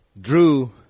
drew